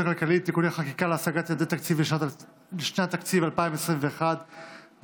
הכלכלית (תיקוני חקיקה להשגת יעדי התקציב לשנות התקציב 2021 ו-2022),